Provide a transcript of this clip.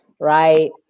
right